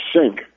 sink